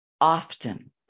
often